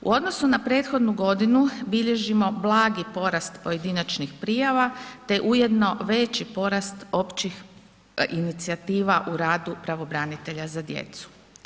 U odnosu na prethodnu godinu, bilježimo blagi porast pojedinačnih prijava te ujedno veći porast općih inicijativa u radu pravobranitelja za djecu.